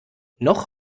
noch